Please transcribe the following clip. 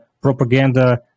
propaganda